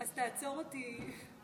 אז תעצור אותי.